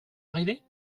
arrivé